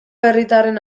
herritarren